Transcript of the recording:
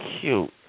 cute